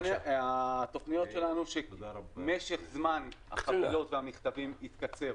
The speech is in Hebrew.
התוכניות שלנו שמשך זמן החבילות והמכתבים יתקצר,